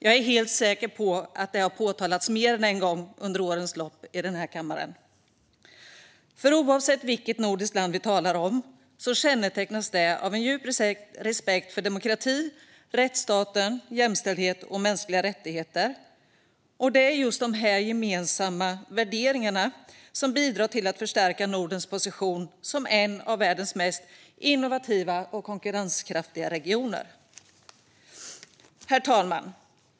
Jag är helt säker på att detta har sagts mer än en gång under årens lopp i denna kammare, för oavsett vilket nordiskt land vi talar om kännetecknas det av en djup respekt för demokrati, rättsstaten, jämställdhet och mänskliga rättigheter. Det är just de gemensamma värderingarna som bidrar till att förstärka Nordens position som en av världens mest innovativa och konkurrenskraftiga regioner. Herr talman!